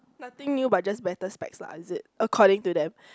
nothing new but just better specs lah is it according to them